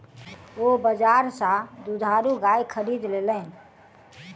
ओ बजार सा दुधारू गाय खरीद लेलैन